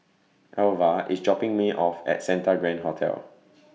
Alvah IS dropping Me off At Santa Grand Hotel